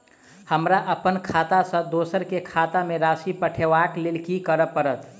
हमरा अप्पन खाता सँ दोसर केँ खाता मे राशि पठेवाक लेल की करऽ पड़त?